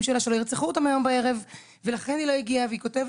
שלה שלא ירצחו לה אותם היום בערב ולכן היא לא הגיעה והיא כותבת